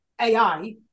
ai